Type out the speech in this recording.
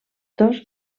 dos